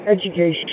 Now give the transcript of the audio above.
education